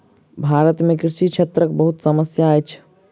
भारत में कृषि क्षेत्रक बहुत समस्या अछि